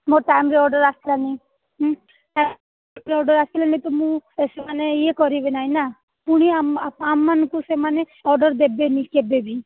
ମୋର ଟାଇମ୍ରେ ଅର୍ଡ଼ର ଆସିଲାନି ଅର୍ଡ଼ର ଆସିଲାନି ତ ମୁଁ ସେମାନେ ଇଏ କରିବେ ନାଇନା ପୁଣି ଆମ ମାନଙ୍କୁ ସେମାନେ ଅର୍ଡ଼ର୍ ଦେବେନି କେବେବି